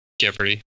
Jeopardy